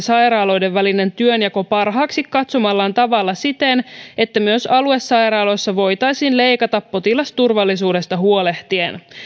sairaaloiden välinen työnjako parhaaksi katsomallaan tavalla siten että myös aluesairaaloissa voitaisiin leikata potilasturvallisuudesta huolehtien